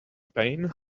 pain